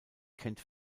kennt